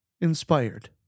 inspired